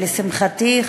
ולשמחתי,